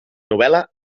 novel·la